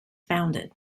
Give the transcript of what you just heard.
founded